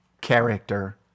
character